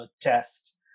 test